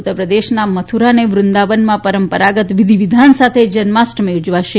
ઉત્તરપ્રદેશના મથુરા અને વૃંદાવનમાં પરંપરાગત વિધિ વિધાન સાથે જન્માષ્ટમી ઉજવાશે